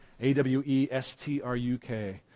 A-W-E-S-T-R-U-K